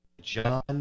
John